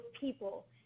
people